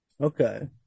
Okay